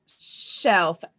Shelf